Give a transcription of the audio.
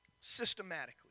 systematically